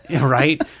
Right